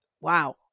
wow